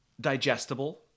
digestible